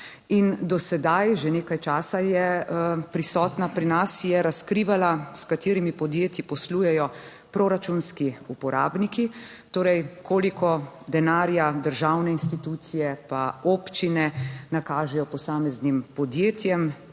In do sedaj že nekaj časa je prisotna pri nas, je razkrivala s katerimi podjetji poslujejo proračunski uporabniki, torej koliko denarja državne institucije pa občine nakažejo posameznim podjetjem